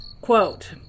quote